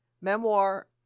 memoir